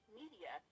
media